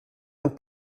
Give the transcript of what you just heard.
und